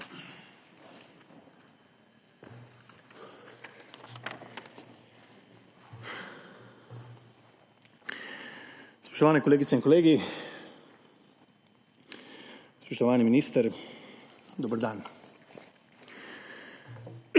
Spoštovani kolegice in kolegi, spoštovani minister, dober dan!